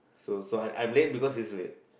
so so I I am late because he is late